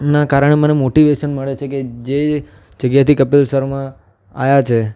ના કારણે મને મોટિવેસન મળે છે કે જે જગ્યાએથી કપિલ શર્મા આવ્યા છે